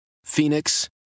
phoenix